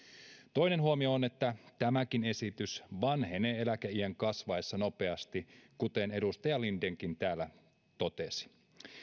toinen huomio on että tämäkin esitys vanhenee eläkeiän noustessa nopeasti kuten edustaja lindenkin täällä totesi